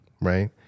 right